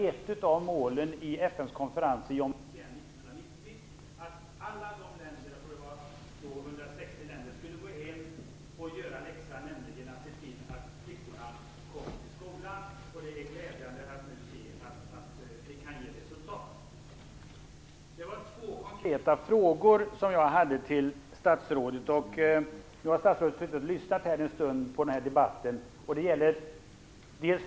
Ett av målen i FN:s konferens 1990 var att representanterna från alla deltagande länder - jag tror att det var 260 stycken - skulle åka hem och göra läxan, nämligen att se till att flickorna kom till skolan. Det är glädjande att nu se att detta kan ge resultat.